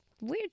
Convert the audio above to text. weird